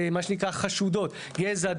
מה שנקרא חשודות: גזע,